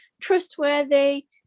trustworthy